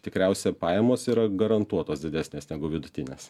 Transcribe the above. tikriausiai pajamos yra garantuotos didesnės negu vidutinės